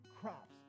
crops